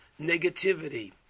negativity